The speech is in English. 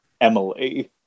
Emily